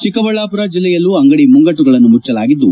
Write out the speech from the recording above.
ಚಿಕ್ಕಬಳ್ಳಾಪುರ ಜಿಲ್ಲೆಯಲ್ಲೂ ಅಂಗಡಿ ಮುಂಗಟ್ಟುಗಳನ್ನು ಮುಚ್ಹಲಾಗಿದ್ದು